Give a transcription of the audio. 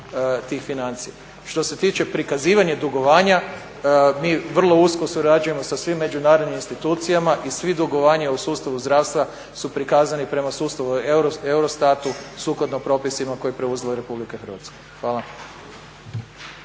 tih financija. Što se tiče prikazivanja dugovanja mi vrlo usko surađujemo sa svim međunarodnim institucijama i sva dugovanja u sustavu zdravstva su prikazani prema sustavu EUROSTAT-u sukladno propisima koje je preuzela Republika Hrvatska. Hvala.